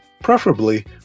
Preferably